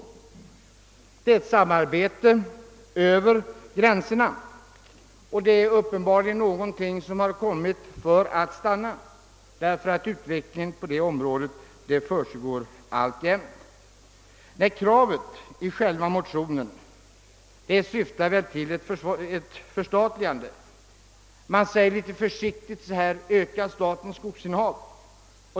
Det innebär ett samarbete över ägogränserna, och det är uppenbarligen någonting som har kommit för att stanna. Utvecklingen på det området pågår alltjämt. Nej, syftet med själva motionen är ett förstatligande. Man säger litet försiktigt, att man bör öka statens skogsinnehav.